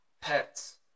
pets